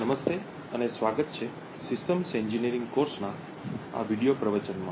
નમસ્તે અને સ્વાગત છે સિસ્ટમ્સ એન્જિનિયરિંગ કોર્સના આ વિડિઓ પ્રવચનમાં